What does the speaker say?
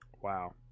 Wow